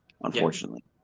unfortunately